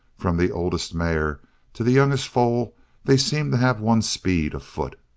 from the oldest mare to the youngest foal they seemed to have one speed afoot.